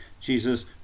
Jesus